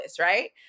Right